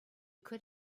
could